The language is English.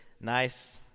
nice